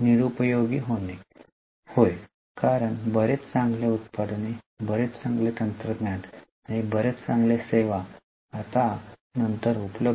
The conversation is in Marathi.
निरुपयोगी होणे होय कारण बरेच चांगले उत्पादने बरेच चांगले तंत्रज्ञान आणि बरेच चांगले सेवा आता आणि नंतर उपलब्ध आहेत